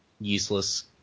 useless